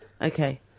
Okay